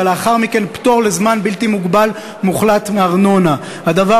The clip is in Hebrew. ולאחר מכן פטור מוחלט מארנונה לזמן בלתי מוגבל.